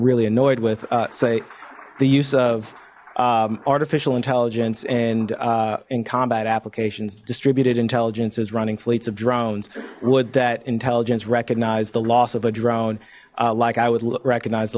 really annoyed with say the use of artificial intelligence and in combat applications distributed intelligence is running fleets of drones would that intelligence recognize the loss of a drone like i would recognize the